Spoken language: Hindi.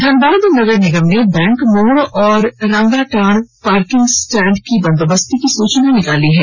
धनबाद नगर निगम ने बैंक मोड़ और रांगाटांड़ पार्किंग स्टैंड की बंदोबस्ती की सूचना निकाली है